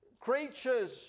creatures